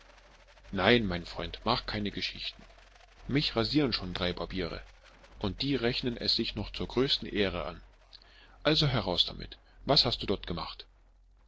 nein freund mach keine geschichten mich rasieren schon drei barbiere und die rechnen es sich noch zur größten ehre an also heraus damit was hast du dort gemacht